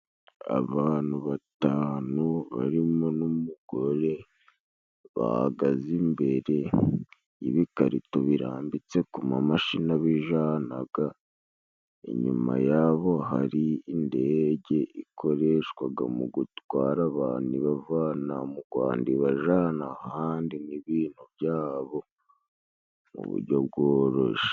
Abantu batanu barimo n'umugore bahagaze imbere yibikarito birambitse ku mamashini abijanaga inyuma yaho hari indege ikoreshwaga mu gutwara abantu ibavana mu Gwanda ibajana ahandi n'ibintu byabo mu bujyo bworoshe.